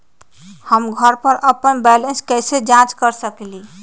हम घर पर अपन बैलेंस कैसे जाँच कर सकेली?